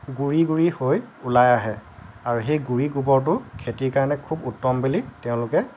গুড়ি গুড়ি হৈ ওলাই আহে আৰু সেই গুড়ি গোবৰটো খেতিৰ কাৰণে খুব উত্তম বুলি তেওঁলোকে